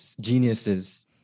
geniuses